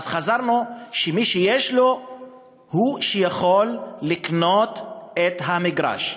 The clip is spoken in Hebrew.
אז חזרנו שמי שיש לו הוא זה שיכול לקנות את המגרש.